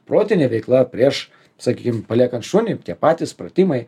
protinė veikla prieš sakykim paliekant šunį tie patys pratimai